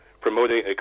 promoting